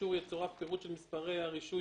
שלאישור יצורף פירוט של מספרי הרישוי